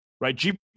right